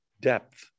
depth